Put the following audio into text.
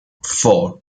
four